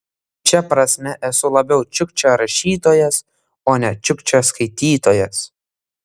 šia prasme esu labiau čiukčia rašytojas o ne čiukčia skaitytojas